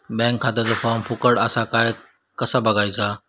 Bank खात्याचो form फुकट असा ह्या कसा बगायचा?